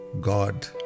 God